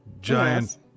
giant